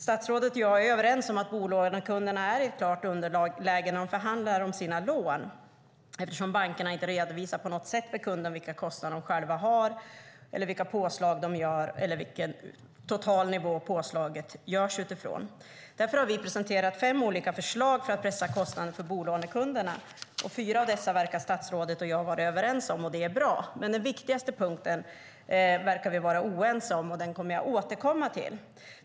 Statsrådet och jag är överens om att bolånekunderna är i klart underläge när de förhandlar om sina lån, eftersom bankerna inte på något sätt redovisar för kunderna vilka kostnader de själva har, vilka påslag de gör eller vilken totalnivå påslaget görs utifrån. Därför har vi presenterat fem olika förslag för att pressa kostnaderna för bolånekunderna, och fyra av dessa verkar statsrådet och jag vara överens om. Det är bra, men den viktigaste punkten verkar vi vara oense om, och den kommer jag att återkomma till.